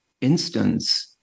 instance